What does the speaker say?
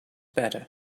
better